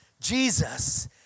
Jesus